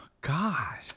God